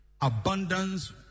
abundance